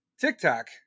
TikTok